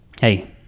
hey